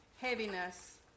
heaviness